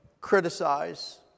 criticize